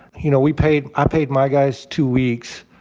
you know, we paid i paid my guys two weeks.